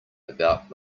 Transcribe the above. about